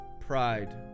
pride